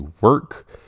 work